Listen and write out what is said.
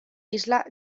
isla